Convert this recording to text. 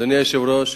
אדוני היושב-ראש,